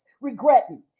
regretting